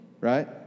right